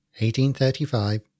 1835